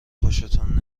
خوشتون